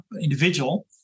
individual